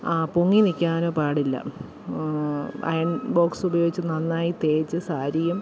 ആ പൊങ്ങി നിൽക്കാനോ പാടില്ല അയൺ ബോക്സ് ഉപയോഗിച്ച് നന്നായി തേച്ച് സാരിയും